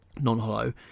non-hollow